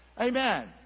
Amen